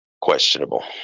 questionable